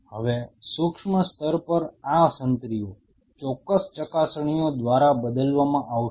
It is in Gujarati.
હવે સૂક્ષ્મ સ્તર પર આ સંત્રીઓ ચોક્કસ ચકાસણીઓ દ્વારા બદલવામાં આવશે